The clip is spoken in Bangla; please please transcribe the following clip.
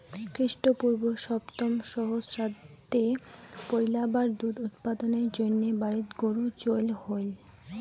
খ্রীষ্টপূর্ব সপ্তম সহস্রাব্দে পৈলাবার দুধ উৎপাদনের জইন্যে বাড়িত গরু চইল হই